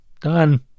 Done